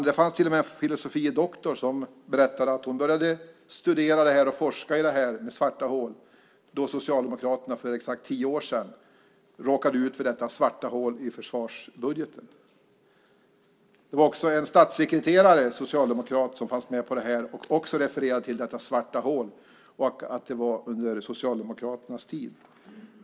Det var till och med en filosofie doktor som berättade att hon började studera och forska i det här med svarta hål då Socialdemokraterna för exakt tio år sedan råkade ut för detta svarta hål i försvarsbudgeten. Det var också en statssekreterare, socialdemokrat, som var med och refererade till detta svarta hål och att det var under Socialdemokraternas tid.